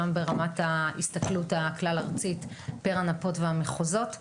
גם ברמת ההסתכלות הכלל-ארצית פר הנפות והמחוזות,